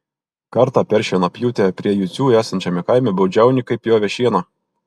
kartą per šienapjūtę prie jucių esančiame kaime baudžiauninkai pjovė šieną